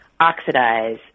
Oxidize